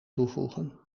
toevoegen